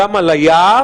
גם על היער,